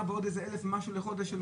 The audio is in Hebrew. אם אין דבר כזה,